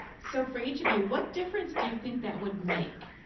so for each of you, what difference do you think that would make?